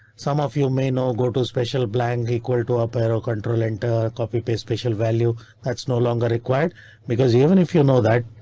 some of you may know go to special blank equal to up arrow control and copy paste special value that's no longer required because even if you know that.